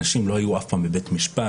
אנשים לא היו אף פעם בבית משפט,